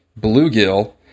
Bluegill